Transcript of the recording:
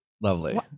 lovely